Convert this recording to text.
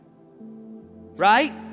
Right